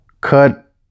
Cut